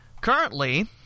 Currently